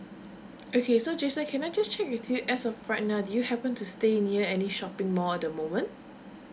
okay so jason can I just check with you as of right now do you happen to stay near any shopping mall at the moment